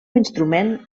instrument